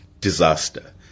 disaster